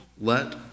let